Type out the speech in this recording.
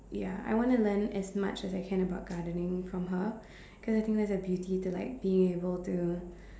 ya I wanna learn as much as I can about gardening from her cause I think there's a beauty to like being able to